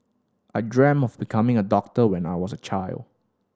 I dreamt of becoming a doctor when I was a child